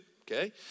okay